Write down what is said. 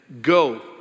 Go